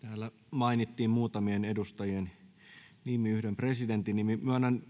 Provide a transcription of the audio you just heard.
mainittiin muutamien edustajien nimi ja yhden presidentin nimi myönnän